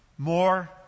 more